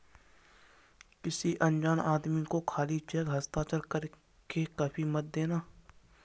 किसी अनजान आदमी को खाली चेक हस्ताक्षर कर के कभी मत देना